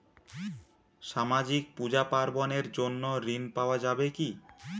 সামাজিক পূজা পার্বণ এর জন্য ঋণ পাওয়া যাবে কি?